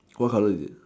what colour is it